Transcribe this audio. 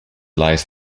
lies